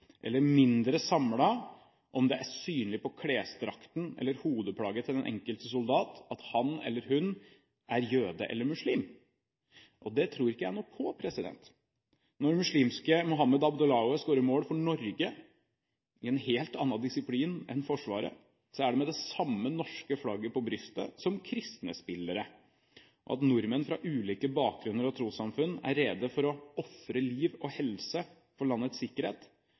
eller mindre samlet om det er synlig på klesdrakten eller hodeplagget til den enkelte soldat, at han eller hun er jøde eller muslim. Det tror ikke jeg noe på. Når muslimske Mohammed Abdellaoue skårer mål for Norge – i en helt annen disiplin enn Forsvaret – er det med det samme norske flagget på brystet som kristne spillere. At nordmenn fra ulike bakgrunner og trossamfunn er rede til å ofre liv og helse for landets sikkerhet,